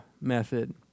method